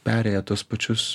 perėję tuos pačius